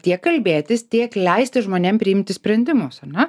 tiek kalbėtis tiek leisti žmonėm priimti sprendimus ar ne